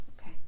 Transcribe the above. Okay